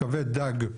כבד דג,